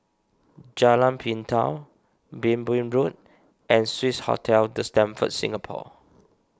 Jalan Pintau Minbu Road and Swissotel the Stamford Singapore